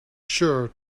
sure